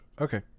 Okay